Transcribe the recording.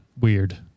weird